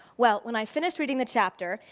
well, when i finished reading the chapter,